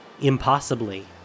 impossibly